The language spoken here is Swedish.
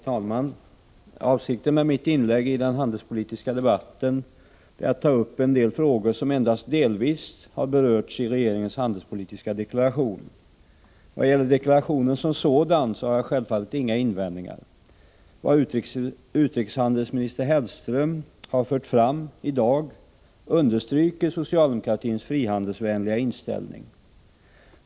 Herr talman! Avsikten med mitt inlägg i den handelspolitiska debatten är att ta upp en del frågor som endast delvis har berörts i regeringens handelspolitiska deklaration. Vad gäller deklarationen som sådan har jag självfallet inga invändningar. Det som utrikeshandelsminister Hellström har fört fram i dag understryker socialdemokratins frihandelsvänliga inställning.